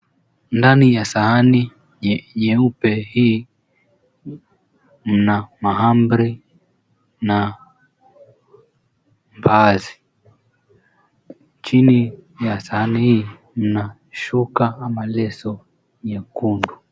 Ndani ya sahani jeupe hii mna mahamri na mbaazi. Chini ya sahani hii mna shuka ama leso nyekundu.